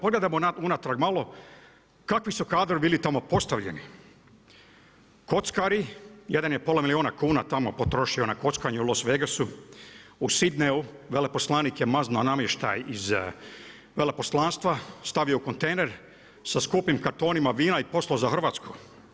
Pogledajmo unatrag malo, kakvi su kadrovi bili tamo postavljeni, kockari, jedan je pola milijuna kuna tamo potrošio na kockanju u Las Vegasu, u Sidneyu, veleposlanik je maznuo namještaj iz veleposlanstva, stavio u kontejner sa skupim kartonima vina i poslao za Hrvatsku.